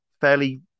fairly